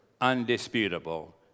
undisputable